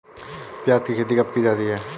प्याज़ की खेती कब की जाती है?